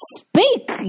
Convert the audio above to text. speak